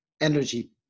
energy